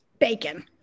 bacon